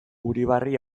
uribarri